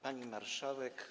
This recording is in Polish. Pani Marszałek!